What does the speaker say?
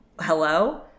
Hello